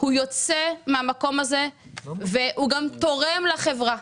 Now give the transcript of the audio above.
הוא יוצא מהמקום הזה והוא גם תורם לחברה.